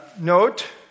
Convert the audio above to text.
note